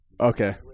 okay